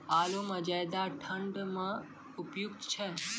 आलू म ज्यादा ठंड म उपयुक्त छै?